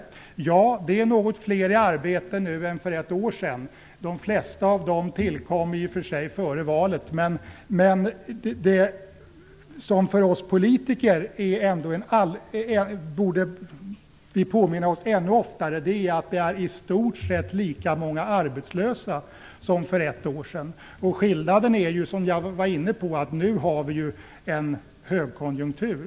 Det är riktigt att det är något fler i arbete nu än för ett år sedan, även om de flesta av dessa i och för sig tillkom före valet. Men det som vi politiker oftare borde påminna oss är att det i stort sett är lika många arbetslösa nu som för ett år sedan. Skillnaden är ju, såsom jag var inne på, att vi nu har en högkonjunktur.